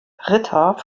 ritter